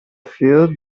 feel